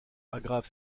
aggrave